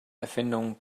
erfindung